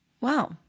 Wow